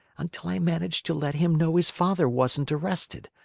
until i managed to let him know his father wasn't arrested.